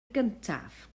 gyntaf